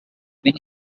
been